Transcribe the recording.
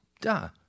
Duh